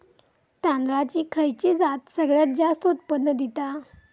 तांदळाची खयची जात सगळयात जास्त उत्पन्न दिता?